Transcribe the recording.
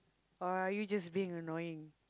or are you just being annoying